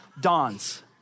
dawns